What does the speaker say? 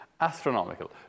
astronomical